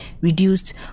reduced